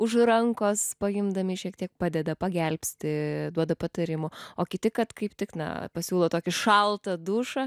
už rankos paimdami šiek tiek padeda pagelbsti duoda patarimų o kiti kad kaip tik na pasiūlo tokį šaltą dušą